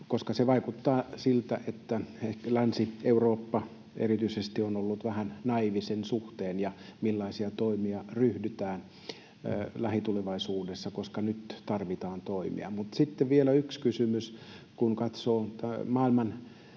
koska vaikuttaa siltä, että erityisesti Länsi-Eurooppa on ollut vähän naiivi sen suhteen. Millaisiin toimiin ryhdytään lähitulevaisuudessa, koska nyt tarvitaan toimia? Mutta sitten vielä yksi kysymys: Kun katsoo maailman